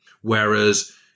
Whereas